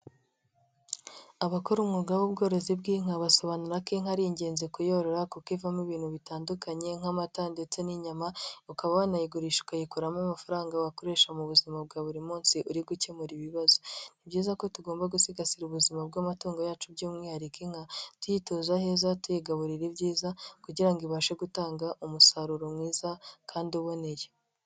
Abakora umwuga w'ubworozi bw'inka basobanura ko inka ari ingenzi kuyorora kuko ivamo ibintu bitandukanye nk'amata ndetse n'inyama, ukaba wanayigurisha ukayikuramo amafaranga wakoresha mu buzima bwa buri munsi uri gukemura ibibazo; ni byiza ko tugomba gusigasira ubuzima bw'amatungo yacu by'umwihariko inka, tuyituza aheza, tuyigaburira ibyiza kugira ibashe gutanga umusaruro mwiza kandi uboneye.